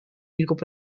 hierop